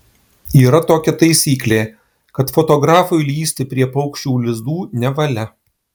yra tokia taisyklė kad fotografui lįsti prie paukščių lizdų nevalia